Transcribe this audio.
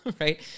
Right